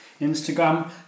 Instagram